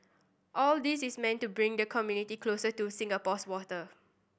all this is meant to bring the community closer to Singapore's water